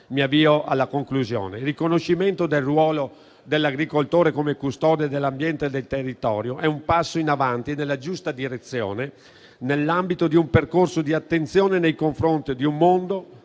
Mi avvio alla conclusione. Il riconoscimento del ruolo dell'agricoltore come custode dell'ambiente e del territorio è un passo avanti nella giusta direzione nell'ambito di un percorso di attenzione nei confronti di un mondo,